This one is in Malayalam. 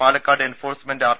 Palakkad enforcement R